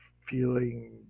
feeling